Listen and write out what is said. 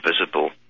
visible